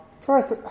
First